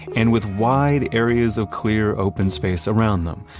and with wide areas of clear, open space around them,